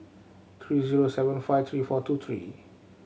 three zero seven five three four two three